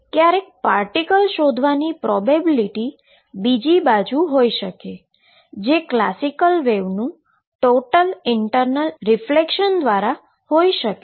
ક્યારેક પાર્ટીકલ શોધવાની પ્રોબેબીલીટી બીજી બાજુ હોઈ શકે છે જે ક્લાસિકલ વેવનુ ટોટલ ઈન્ટર્નલ રીફ્લેક્શન દ્વારા હોઈ શકે છે